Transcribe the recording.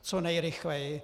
Co nejrychleji.